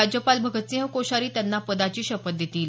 राज्यपाल भगतसिंह कोश्यारी त्यांना पदाची शपथ देतील